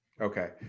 Okay